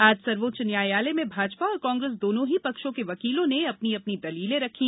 आज सर्वोच्च न्यायालय में भाजपा और कांग्रेस दोनों ही पक्षों के वकीलों ने अपनी अपनी दलीलें रखी